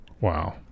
Wow